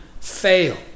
fail